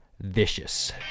Vicious